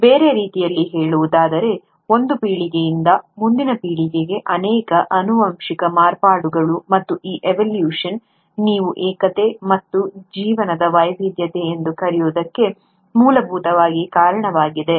ಬೇರೆ ರೀತಿಯಲ್ಲಿ ಹೇಳುವುದಾದರೆ ಒಂದು ಪೀಳಿಗೆಯಿಂದ ಮುಂದಿನ ಪೀಳಿಗೆಗೆ ಅನೇಕ ಆನುವಂಶಿಕ ಮಾರ್ಪಾಡುಗಳು ಮತ್ತು ಈ ಎವೊಲ್ಯೂಶನ್ ನೀವು ಏಕತೆ ಮತ್ತು ಜೀವನದ ವೈವಿಧ್ಯತೆ ಎಂದು ಕರೆಯುವುದಕ್ಕೆ ಮೂಲಭೂತವಾಗಿ ಕಾರಣವಾಗಿದೆ